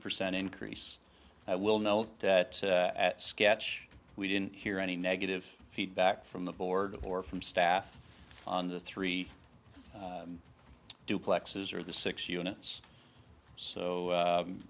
percent increase i will note that at sketch we didn't hear any negative feedback from the board or from staff on the three duplexes or the six units so